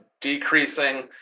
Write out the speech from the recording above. decreasing